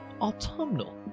Autumnal